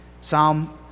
Psalm